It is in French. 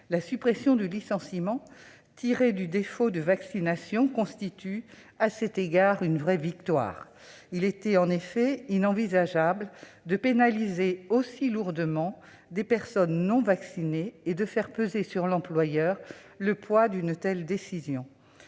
la suppression du licenciement, tiré du défaut de vaccination, constitue à cet égard une vraie victoire. Il était en effet inenvisageable de pénaliser aussi lourdement des personnes non vaccinées et de faire peser sur l'employeur le poids d'une telle décision.